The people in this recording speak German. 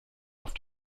auf